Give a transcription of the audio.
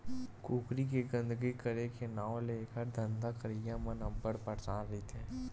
कुकरी के गंदगी करे के नांव ले एखर धंधा करइया मन अब्बड़ परसान रहिथे